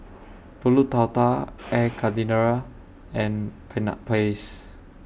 Pulut Tatal Air Karthira and Peanut Paste